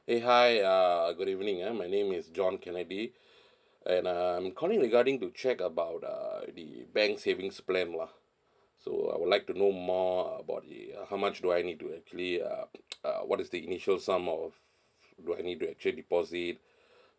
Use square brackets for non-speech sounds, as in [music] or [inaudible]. eh hi uh good evening ah my name is john kennedy [breath] and uh I'm calling regarding to check about uh the bank savings plan lah so I would like to know more about the uh how much do I need to actually uh [noise] uh what is the initial sum of do I need to actually deposit [breath]